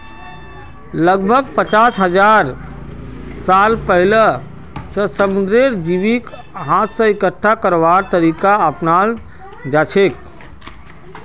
लगभग पचास हजार साल पहिलअ स समुंदरेर जीवक हाथ स इकट्ठा करवार तरीका अपनाल जाछेक